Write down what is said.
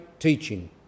teaching